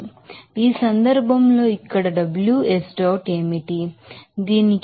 కాబట్టి ఈ సందర్భంలో ఇక్కడ W s dot ఏమిటి దీనికి 1